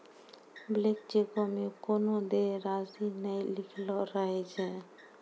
blank चेको मे कोनो देय राशि नै लिखलो रहै छै